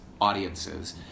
audiences